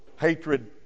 hatred